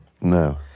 No